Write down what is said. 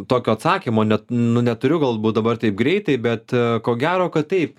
tokio atsakymo net nu neturiu galbūt dabar taip greitai bet ko gero kad taip